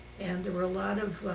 and there were lot of